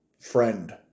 friend